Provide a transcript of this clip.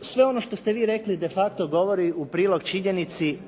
sve ono što ste vi rekli de facto govori u prilog činjenici